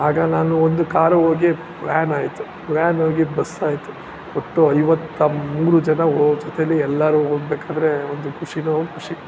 ಆಗ ನಾನು ಒಂದು ಕಾರು ಹೋಗಿ ವ್ಯಾನ್ ಆಯಿತು ವ್ಯಾನ್ ಹೋಗಿ ಬಸ್ಸಾಯಿತು ಒಟ್ಟು ಐವತ್ತ ಮೂರು ಜನ ಓ ಜೊತೆಲಿ ಎಲ್ಲರೂ ಹೋಗ್ಬೇಕಾದ್ರೆ ಒಂದು ಖುಷಿಯೋ ಖುಷಿ